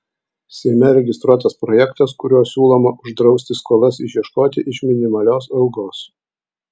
seime registruotas projektas kuriuo siūloma uždrausti skolas išieškoti iš minimalios algos